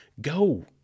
go